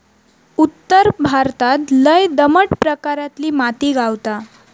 उत्तर भारतात लय दमट प्रकारातली माती गावता